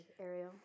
Ariel